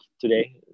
today